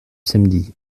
samedi